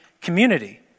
community